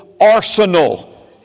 arsenal